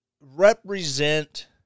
represent